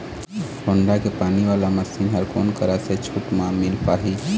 Honda के पानी वाला मशीन हर कोन करा से छूट म मिल पाही?